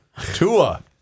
Tua